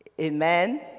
Amen